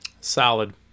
solid